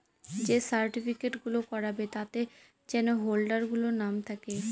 যে সার্টিফিকেট গুলো করাবে তাতে যেন হোল্ডার গুলোর নাম থাকে